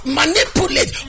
manipulate